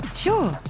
Sure